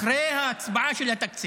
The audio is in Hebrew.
--- אחרי ההצבעה של התקציב.